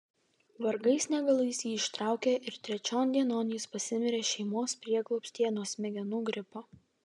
vargais negalais jį ištraukė ir trečion dienon jis pasimirė šeimos prieglobstyje nuo smegenų gripo